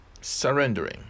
surrendering